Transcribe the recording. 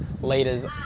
leaders